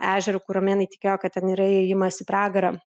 ežero kur romėnai tikėjo kad ten yra įėjimas į pragarą